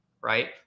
right